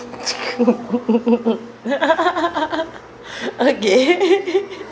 okay